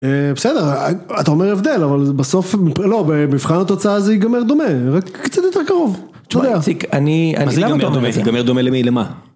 בסדר, אתה אומר הבדל, אבל בסוף, לא, במבחן התוצאה זה ייגמר דומה, רק קצת יותר קרוב, אתה יודע. תסיק, אני למה אתה אומר את זה? מה זה ייגמר דומה? ייגמר דומה למי למה?